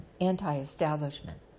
anti-establishment